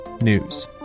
news